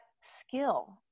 skill